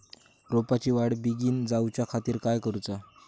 रोपाची वाढ बिगीन जाऊच्या खातीर काय करुचा?